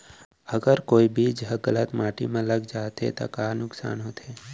अगर कोई बीज ह गलत माटी म लग जाथे त का नुकसान होथे?